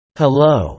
hello